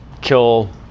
kill